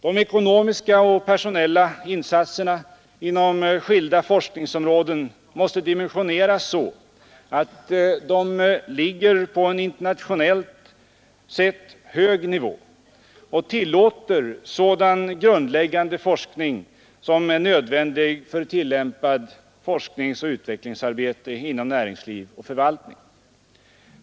De ekonomiska och personella insatserna inom skilda forskningsområden måste dimensioneras så, att de ligger på en internationellt sett hög nivå och tillåter sådan grundläggande forskning, som är nödvändig för tillämpad forskning och utvecklingsarbete inom näringsliv och förvaltning.